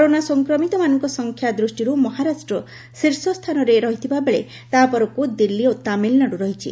corona ସଂକ୍ରମିତମାନଙ୍କ ସଂଖ୍ୟା ଦୃଷ୍ଟିରୁ ମହାରାଷ୍ଟ୍ର ଶୀର୍ଷସ୍ଥାନରେ ଥିବାବେଳେ ତାହାପରକୁ ଦିଲ୍ଲୀ ଓ ତାମିଲନାଡୁ ରହିଛି